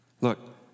Look